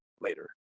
later